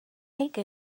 take